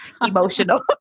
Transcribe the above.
Emotional